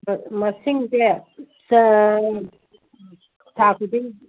ꯃꯁꯤꯡꯁꯦ ꯆꯥꯡ ꯊꯥ ꯈꯨꯗꯤꯡꯒꯤ